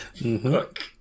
Look